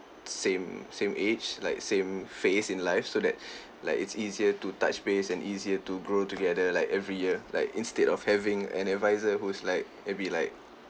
same same age like same phase in life so that like it's easier to touch base and easier to grow together like every year like instead of having an adviser who's like maybe like